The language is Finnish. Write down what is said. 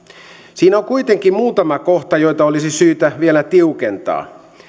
siinä on kuitenkin muutama kohta joita olisi syytä vielä tiukentaa